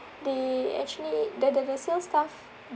they actually the the the sales staff